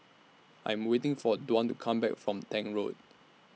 I Am waiting For Dwan to Come Back from Tank Road